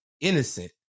innocent